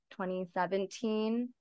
2017